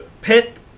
pet